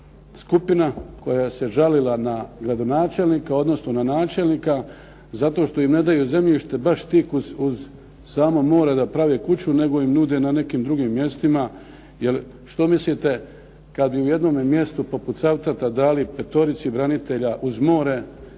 skupina koja se žalila na gradonačelnika, odnosno na načelnika zato što im ne daju zemljište baš ti koji su uz samo more da prave kuću nego im nude na nekim drugim mjestima, jel što mislite kad bi u jednome mjestu poput Cavtata dali 5 branitelja uz more